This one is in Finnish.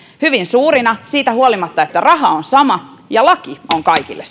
hyvin suurina siitä huolimatta että raha on sama ja laki on kaikille